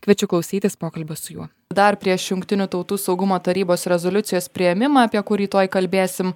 kviečiu klausytis pokalbio su juo dar prieš jungtinių tautų saugumo tarybos rezoliucijos priėmimą apie kurį tuoj kalbėsim